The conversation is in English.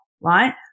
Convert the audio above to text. right